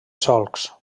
solcs